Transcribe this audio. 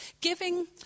Giving